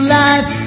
life